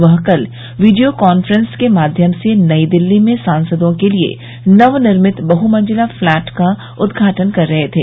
वह कल video conference के माध्यम से नई दिल्ली में सांसदों के लिए नवनिर्मित बहमंजिला प्लैट का उदघाटन कर रहे थे